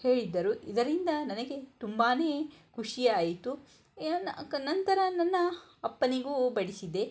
ಹೇಳಿದ್ದರು ಇದರಿಂದ ನನಗೆ ತುಂಬಾ ಖುಷಿ ಆಯಿತು ಎ ನನ್ನ ನಂತರ ನನ್ನ ಅಪ್ಪನಿಗೂ ಬಡಿಸಿದೆ